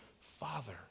Father